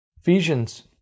Ephesians